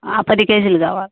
ఆ పది కేజీలు కావాలి